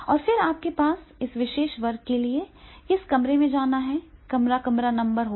और फिर आपके पास इस विशेष वर्ग के लिए किस कमरे में जाना है कमरा कमरा नंबर होगा